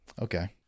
Okay